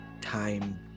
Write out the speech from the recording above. time